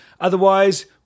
Otherwise